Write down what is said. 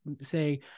say